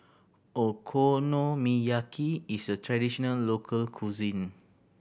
Okonomiyaki is a traditional local cuisine